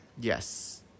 Yes